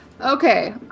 Okay